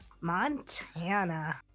Montana